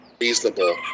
reasonable